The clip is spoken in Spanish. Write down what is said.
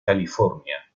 california